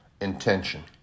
intention